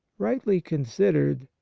rightly considered,